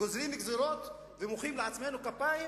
גוזרים גזירות ומוחאים לעצמנו כפיים,